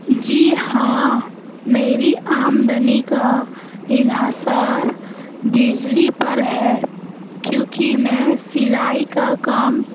جی ہاں میری آمدنی کا انحصار بجلی پر ہے کیونکہ میں سلائی کا کام